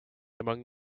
among